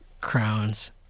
crowns